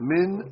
Min